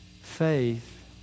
faith